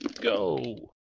Go